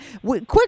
Quick